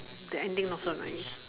the ending not so nice